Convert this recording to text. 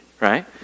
right